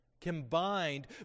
combined